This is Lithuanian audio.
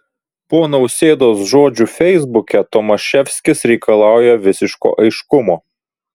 po nausėdos žodžių feisbuke tomaševskis reikalauja visiško aiškumo